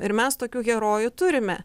ir mes tokių herojų turime